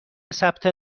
ثبت